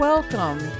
Welcome